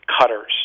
cutters